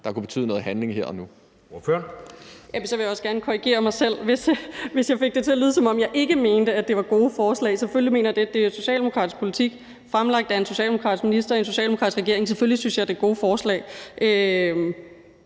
der kunne betyde noget handling her og nu.